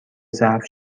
ظرف